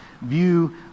view